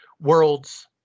world's